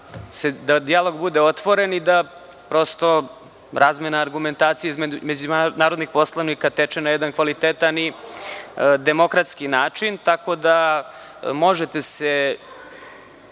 da dijalog bude otvoren i da prosto razmena argumentacije između narodnih poslanika teče na jedan kvalitetan i demokratski način. Ne želite?